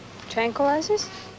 Tranquilizers